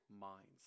minds